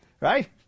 Right